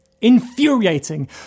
Infuriating